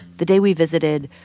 the day we visited,